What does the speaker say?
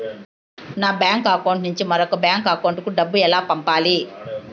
ఒక bank account నుంచి మరొక బ్యాంకు అకౌంట్ కు డబ్బు ఎలా పంపాలి